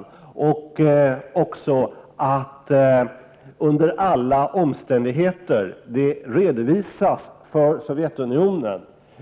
Utskottet förutsätter också att man för Sovjetunionen under alla omständigheter redovisar